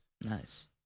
Nice